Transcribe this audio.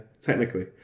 Technically